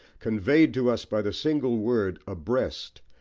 conveyed to us by the single word abreast,